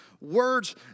words